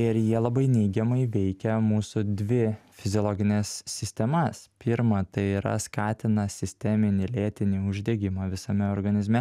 ir jie labai neigiamai veikia mūsų dvi fiziologines sistemas pirma tai yra skatina sisteminį lėtinį uždegimą visame organizme